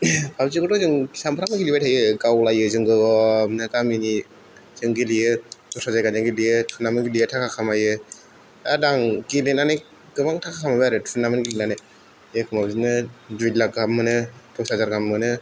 पाबजिखौथ' जों सानफ्रामबो गेलेबाय थायो गावलायो जों ओ बिदिनो गामिनि जों गेलेयो दस्रा जायगानि गेलेयो टुर्नामेन्त गेलेना थाखा खामायो आरो आं गेलेनानै गोबां थाखा खामायबाय आरो टुर्नामेन्त गेलेनानै एखम्बा बिदिनो दुइ लाख गाहाम मोनो दस हाजार गाहाम मोनो